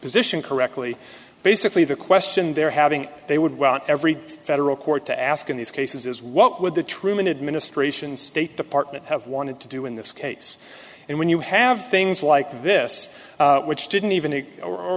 position correctly basically the question they're having they would want every federal court to ask in these cases is what would the truman administration state department have wanted to do in this case and when you have things like this which didn't even